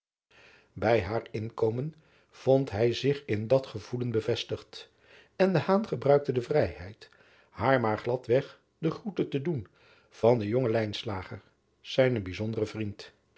ij haar inkomen vond hij zich in dat gevoelen bevestigd en driaan oosjes zn et leven van aurits ijnslager gebruikte de vrijheid haar maar glad weg de groete te doen van den jongen zijnen bijzonderen vriend